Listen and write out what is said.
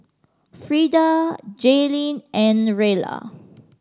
Frida Jalynn and Rella